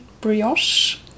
brioche